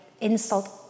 insult